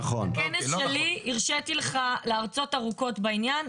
בכנס שלי הרשיתי לך להרצות ארוכות בעניין.